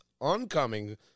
oncoming